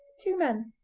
two men,